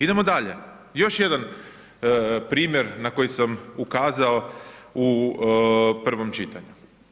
Idemo dalje, još jedan primjer na koji sam ukazao u prvom čitanju.